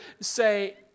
say